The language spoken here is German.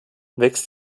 wächst